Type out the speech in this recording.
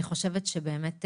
אני חושבת שבאמת,